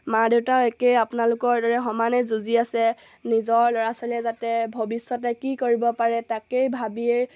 মা দেউতাও একে আপোনালোকৰ দৰে সমানে যুঁজি আছে নিজৰ ল'ৰা ছোৱালীয়ে যাতে ভৱিষ্যতে কি কৰিব পাৰে তাকেই ভাবিয়ে